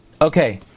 Okay